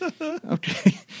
Okay